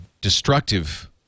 destructive